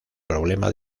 problema